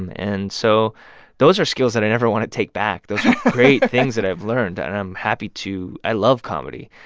um and so those are skills that i never want to take back. those are great things that i've learned, and i'm happy to i love comedy.